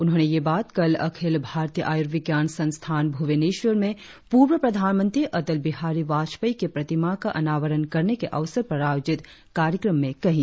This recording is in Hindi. उन्होंने यह बात कल अखिल भारतीय आयुर्विज्ञान संस्थान भुवनेश्वर में पूर्व प्रधानमंत्री अटल बिहारी वाजपेयी की प्रतिमा का अनावरण करने के अवसर पर आयोजित कार्यक्रम में कही